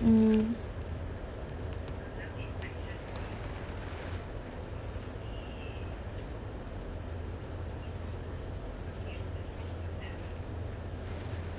mm